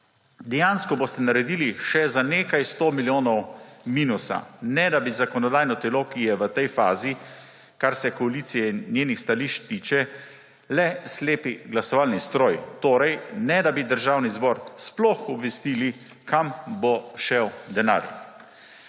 Dejansko boste naredili še za nekaj 100 milijonov minusa, ne da bi zakonodajno telo, ki je v tej fazi, kar se koalicije in njenih stališč tiče, le slep glasovalni stroj; torej, ne da bi Državni zbor sploh obvestili, kam bo šel denar.